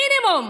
המינימום.